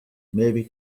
maybe